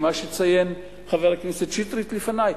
מה שציין חבר הכנסת שטרית לפני,